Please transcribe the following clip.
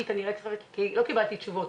לא שמעתי תשובות,